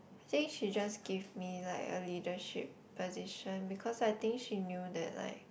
I think she just gave me like a leadership position because I think she knew that like